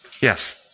Yes